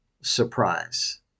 surprise